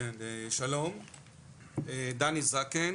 שלום דני זקן,